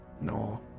No